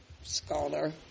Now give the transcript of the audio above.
scholar